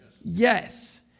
Yes